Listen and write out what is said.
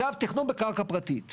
עכשיו תכנון בקרקע פרטית.